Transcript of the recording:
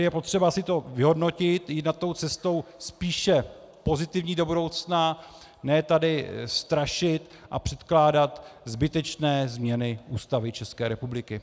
Je potřeba si to vyhodnotit, jít na to cestou spíše pozitivní do budoucna, ne tady strašit a předkládat zbytečné změny Ústavy České republiky.